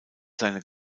seiner